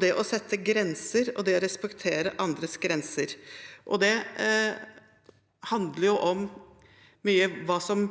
det å sette grenser og det å respektere andres grenser. Det handler mye om